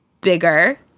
bigger